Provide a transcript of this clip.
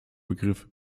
begriff